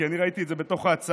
כי אני ראיתי את זה בתוך ההצעה.